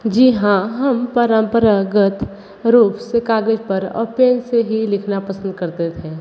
जी हाँ हम परम्परागत रूप से कागज़ पर और पेन से ही लिखना पसंद करते थे